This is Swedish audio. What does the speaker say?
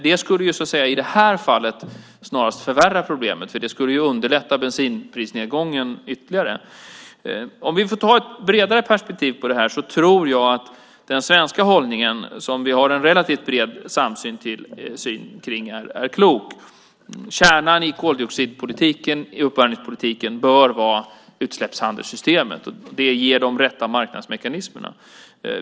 Det skulle i detta fall snarast förvärra problemet. Det skulle underlätta bensinprisnedgången ytterligare. I ett bredare perspektiv tror jag att den svenska hållningen, där vi har en relativt bred samsyn, är klok. Kärnan i koldioxidpolitiken, i uppvärmningspolitiken bör vara utsläppshandelssystemet. Det ger de rätta marknadsmekanismerna.